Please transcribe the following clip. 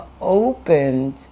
opened